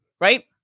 right